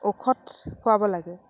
ঔষধ খোৱাব লাগে